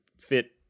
fit